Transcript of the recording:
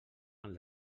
amb